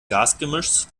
gasgemischs